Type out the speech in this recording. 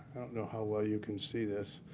know how well you can see this.